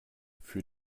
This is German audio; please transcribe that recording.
für